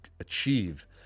achieve